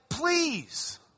Please